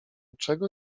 czego